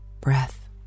breath